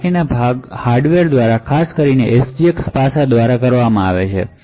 જે બાકીનો ભાગ હાર્ડવેર દ્વારા ખાસ કરીને SGX પાસાઓ દ્વારા કરવામાં આવે છે